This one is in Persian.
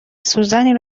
سوزنی